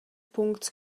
puncts